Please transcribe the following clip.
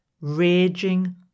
raging